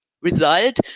result